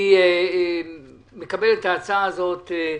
אני מקבל את ההצעה שהציע